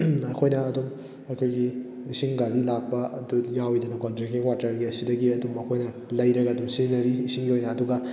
ꯑꯩꯈꯣꯏꯅ ꯑꯗꯨꯝ ꯑꯩꯈꯣꯏꯒꯤ ꯏꯁꯤꯡ ꯒꯥꯔꯤ ꯂꯥꯛꯄ ꯑꯗꯨ ꯌꯥꯎꯋꯤꯗꯅꯀꯣ ꯗ꯭ꯔꯤꯡꯀꯤꯡ ꯋꯥꯇꯔꯒꯤ ꯑꯁꯤꯗꯒꯤ ꯑꯗꯨꯝ ꯑꯩꯈꯣꯏꯅ ꯂꯩꯔꯒ ꯑꯗꯨꯝ ꯁꯤꯖꯤꯟꯅꯔꯤ ꯏꯁꯤꯡꯒꯤ ꯑꯣꯏꯅ ꯑꯗꯨꯒ